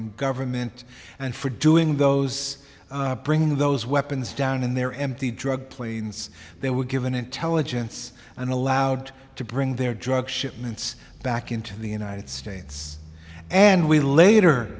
nicaraguan government and for doing those bring those weapons down in their empty drug planes they were given intelligence and allowed to bring their drug shipments back into the united states and we later